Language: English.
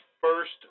first